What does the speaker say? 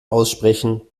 aussprechen